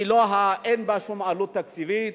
הלוא אין בה שום עלות תקציבית,